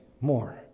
more